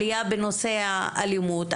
עלייה בנושא האלימות.